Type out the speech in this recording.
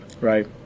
right